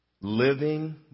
living